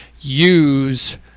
use